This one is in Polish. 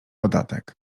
podatek